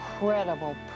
incredible